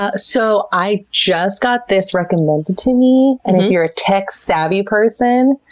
ah so i just got this recommended to me, and if you're a tech-savvy person,